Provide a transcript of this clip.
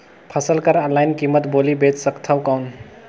फसल कर ऑनलाइन कीमत बोली बेच सकथव कौन?